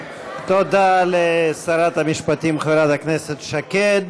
תודה לשרת המשפטים איילת שקד.